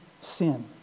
sin